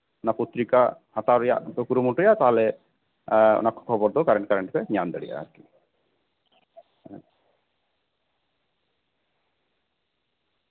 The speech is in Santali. ᱚᱱᱟ ᱯᱚᱛᱨᱤᱠᱟ ᱦᱟᱛᱟᱣ ᱨᱮᱭᱟᱜ ᱦᱚᱸᱯᱮ ᱠᱩᱨᱩᱢᱩᱴᱩᱭᱟ ᱛᱟᱦᱚᱞᱮ ᱮᱸ ᱚᱱᱟ ᱠᱚ ᱠᱷᱚᱵᱚᱨ ᱫᱚ ᱠᱟᱨᱮᱱᱴᱼᱠᱟᱨᱮᱱᱴ ᱯᱮ ᱧᱟᱢ ᱫᱟᱲᱮᱭᱟᱜᱼᱟ ᱟᱨᱠᱤ